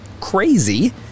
crazy